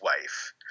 wife